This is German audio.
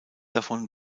davon